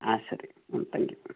ആ ശരി ഓ താങ്ക് യു